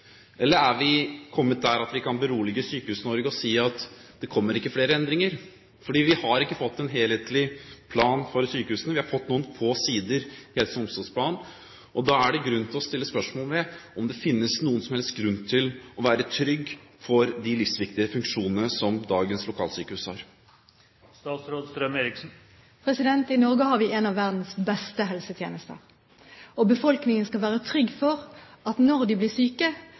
eller er vi kommet dit at vi kan berolige Sykehus-Norge og si at det ikke kommer flere endringer? Vi har ikke fått en helhetlig plan for sykehusene, vi har fått noen få sider i helse- og omsorgsplanen. Da er det grunn til å sette spørsmålstegn ved om det finnes noen som helst grunn til å være trygg for de livsviktige funksjonene som dagens lokalsykehus har. I Norge har vi en av verdens beste helsetjenester, og befolkningen skal være trygg for at når de blir syke,